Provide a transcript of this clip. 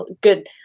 good